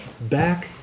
back